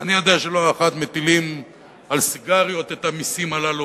אני יודע שלא אחת מטילים על סיגריות את המסים הללו